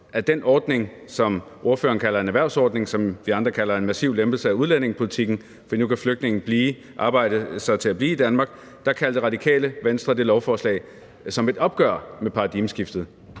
det, den ordning, som ordføreren kalder en erhvervsordning, og som vi andre kalder en massiv lempelse af udlændingepolitikken, fordi flygtninge nu kan arbejde sig til at blive i Danmark, et opgør med paradigmeskiftet.